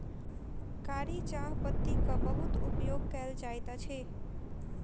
कारी चाह पत्तीक बहुत उपयोग कयल जाइत अछि